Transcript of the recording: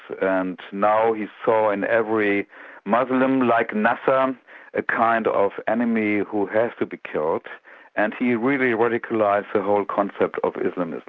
and now he saw in every muslim like nasser um a kind of enemy who has to be killed and he really radicalised the whole concept of islamism.